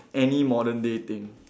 any modern day thing